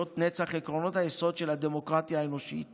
נצח עקרונות היסוד של הדמוקרטיה האנושית